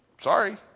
Sorry